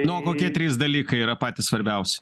na o kokie trys dalykai yra patys svarbiausi